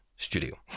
Studio